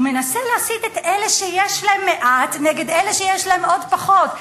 הוא מנסה להסית את אלה שיש להם מעט נגד אלה שיש להם עוד פחות.